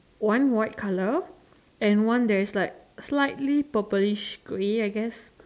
one white colour and one there is like slightly purplish grey I guess